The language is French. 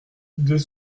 deux